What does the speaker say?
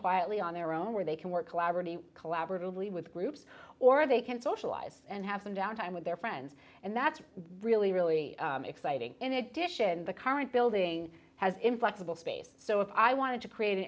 quietly on their own where they can work collaboratively collaboratively with groups or they can socialize and have some downtime with their friends and that's really really exciting in addition the current building has inflexible space so if i want to create an